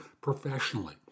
professionally